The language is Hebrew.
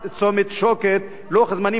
אמרת שהוא יחולק לחמישה חלקים,